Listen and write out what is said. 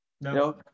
No